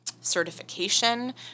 certification